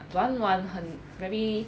软软很 very